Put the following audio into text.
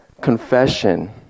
Confession